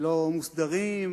ולא מוסדרים,